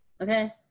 okay